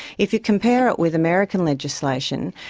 if you compare it with american legislation,